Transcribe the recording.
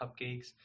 cupcakes